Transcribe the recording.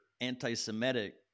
anti-Semitic